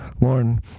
Lauren